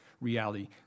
reality